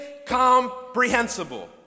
incomprehensible